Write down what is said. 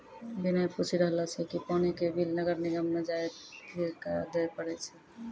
विनय पूछी रहलो छै कि पानी के बिल नगर निगम म जाइये क दै पड़ै छै?